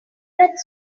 that